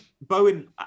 bowen